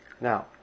Now